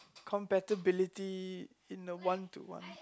compatibility in a one to one